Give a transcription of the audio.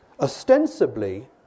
Ostensibly